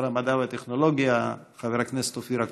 שר המדע והטכנולוגיה חבר הכנסת אופיר אקוניס.